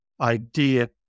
idea